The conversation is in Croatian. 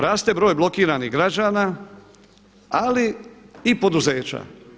Raste broj blokiranih građana ali i poduzeća.